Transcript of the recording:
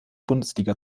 bundesliga